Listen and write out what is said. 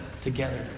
together